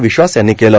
विश्वास यांनी केलं